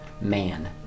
man